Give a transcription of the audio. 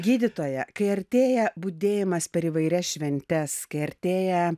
gydytoja kai artėja budėjimas per įvairias šventes kai artėja